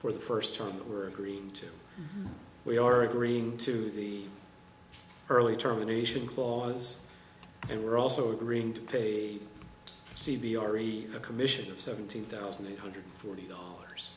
for the first time that were agreed to we are agreeing to the early termination clause and we're also agreeing to pay c b r e a commission of seventeen thousand eight hundred forty dollars